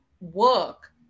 work